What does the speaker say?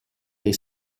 del